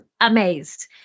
amazed